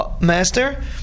master